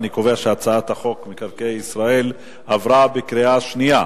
אני קובע שהצעת חוק מקרקעי ישראל (תיקון מס' 3) עברה בקריאה שנייה.